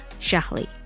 Shahli